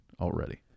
already